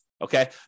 Okay